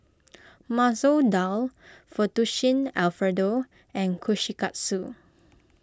Masoor Dal Fettuccine Alfredo and Kushikatsu